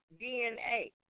DNA